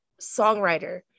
songwriter